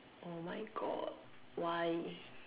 oh my god why